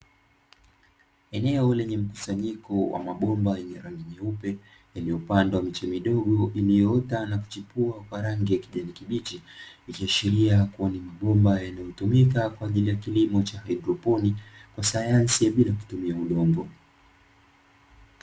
Eneo lenye mkusanyiko wa mabomba yenye rangi nyeupe, iliopandwa miche midogo ilioota na kuchipua kwa rangi ya kijani kibichi, ikiashiria kuwa ni mabomba yanayotumika kwa ajili ya kilimo cha haidroponi, kwa sayansi ya bila kutumia udongo.